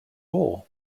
all